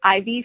IV